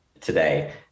today